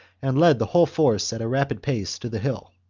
and led the whole force at a rapid pace to the hill.